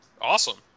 Awesome